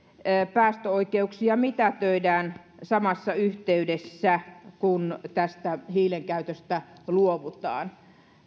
päästöoikeuksia mitätöidään samassa yhteydessä kuin hiilen käytöstä luovutaan